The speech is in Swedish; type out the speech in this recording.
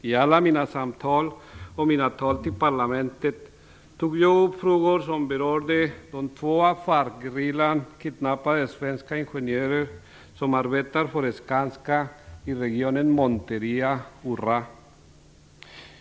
I alla mina samtal och i mina tal i parlamentet tog jag upp frågor som rör de två av FARC-gerillan kidnappade svenska ingenjörerna som arbetar för Skanska i regionen Monteria-Urra.